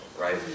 right